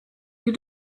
you